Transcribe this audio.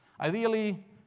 Ideally